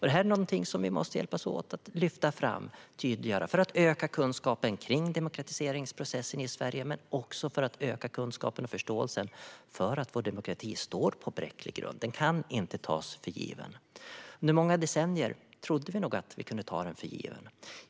Det är någonting vi måste hjälpas åt att lyfta fram och tydliggöra för att öka kunskapen kring demokratiseringsprocessen i Sverige, men också för att öka kunskapen och förståelsen för att vår demokrati står på bräcklig grund. Den kan inte tas för given. Under många decennier trodde vi nog att vi kunde ta den för given.